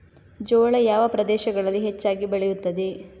ಜೋಳ ಯಾವ ಪ್ರದೇಶಗಳಲ್ಲಿ ಹೆಚ್ಚಾಗಿ ಬೆಳೆಯುತ್ತದೆ?